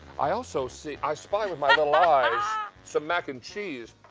i also see i spy with my little eyes some mac and cheese.